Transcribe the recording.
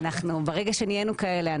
ברגע שנהיינו כאלה,